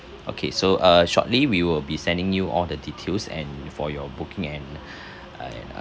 okay so uh shortly we will be sending you all the details and for your booking and uh